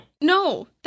No